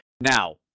Now